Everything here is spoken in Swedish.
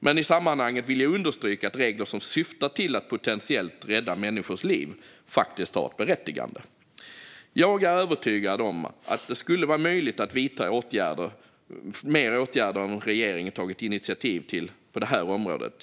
Men i sammanhanget vill jag understryka att regler som syftar till att potentiellt rädda människors liv faktiskt är berättigade. Jag är övertygad om att det skulle vara möjligt att vidta fler åtgärder än vad regeringen har tagit initiativ till på detta område.